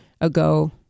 ago